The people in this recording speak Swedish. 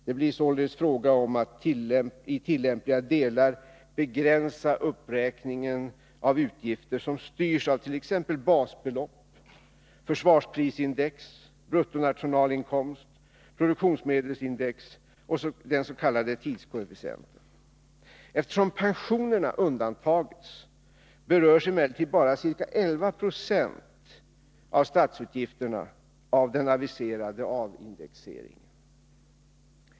Det blir således fråga om att i tillämpliga delar begränsa uppräkningen av utgifter som styrs av t.ex. basbelopp, försvarsprisindex, bruttonationalinkomst, produktionsmedelsprisindex och den s.k. tidskoefficienten. Eftersom pensionerna undantagits berörs emellertid bara ca 11 26 av statsutgifterna av den aviserade avindexeringen.